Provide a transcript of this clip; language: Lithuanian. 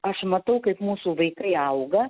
aš matau kaip mūsų vaikai auga